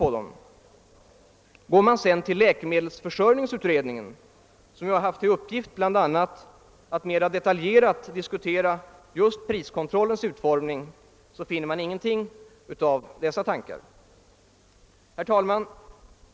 Går man sedan till läkemedelsförsörjningsutred ningen som haft till uppgift bla. att mer detaljerat diskutera just priskontrollens utformning finner man inte någon av dessa tankar.